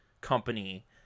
company